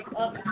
up